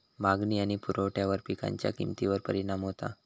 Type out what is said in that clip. मागणी आणि पुरवठ्यावर पिकांच्या किमतीवर परिणाम होता